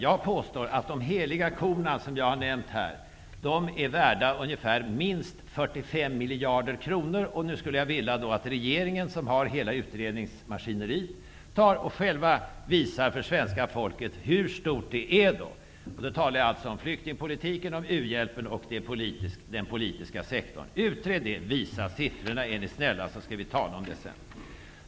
Jag påstår att de heliga korna, som jag har nämnt här, är värda minst 45 miljarder kronor, och nu skulle jag vilja att regeringen, som har hela utredningsmaskineriet, själv visar för svenska folket hur stort beloppet är. Då talar jag alltså om flyktingpolitiken, u-hjälpen och den politiska sektorn. Utred det! Visa siffrorna, är ni snälla, så skall vi tala om dem sedan!